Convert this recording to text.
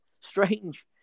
strange